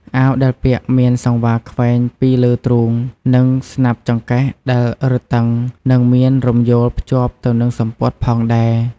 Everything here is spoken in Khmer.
អាវដែលពាក់មានសង្វារខ្វែងពីរលើទ្រូង និងស្នាប់ចង្កេះដែលរឹតតឹង និងមានរំយោលភ្ជាប់ទៅនឹងសំពត់ផងដែរ។